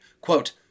Quote